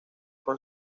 con